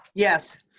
yes.